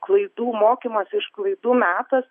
klaidų mokymas iš klaidų metas